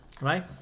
right